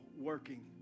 working